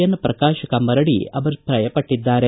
N Prakash Kammareddy ಅಭಿಪ್ರಾಯಪಟ್ಟದ್ದಾರೆ